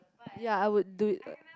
ya I would do it